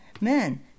men